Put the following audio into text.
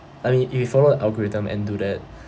I mean if you follow the algorithm and do that